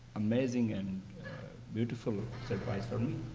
amazing and beautiful surprise for me.